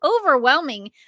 overwhelming